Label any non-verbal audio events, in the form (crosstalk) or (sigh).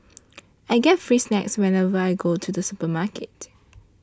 (noise) I get free snacks whenever I go to the supermarket